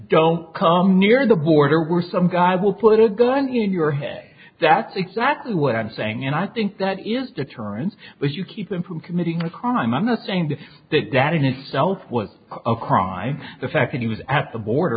don't come near the border were some guy will put a gun in your head that's exactly what i'm saying and i think that is deterrence but you keep them from committing a crime i'm not saying that the data itself was a crime the fact that he was at the border